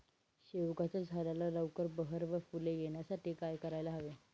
शेवग्याच्या झाडाला लवकर बहर व फूले येण्यासाठी काय करायला हवे?